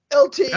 LT